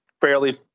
fairly